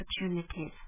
opportunities